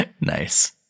Nice